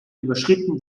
überschritten